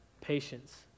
patience